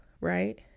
right